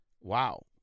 wow